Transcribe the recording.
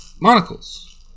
Monocle's